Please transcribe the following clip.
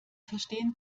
verstehen